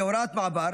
כהוראת מעבר,